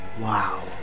Wow